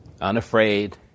unafraid